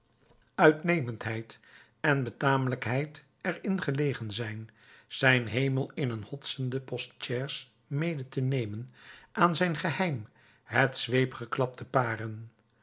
uitnemendheid en betamelijkheid er in gelegen zijn zijn hemel in een hotsende postchais mede te nemen aan zijn geheim het zweepgeklap te paren